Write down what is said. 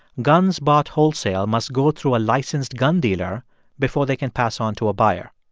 guns bought wholesale must go through a licensed gun dealer before they can pass on to a buyer.